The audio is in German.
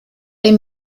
dem